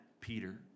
Peter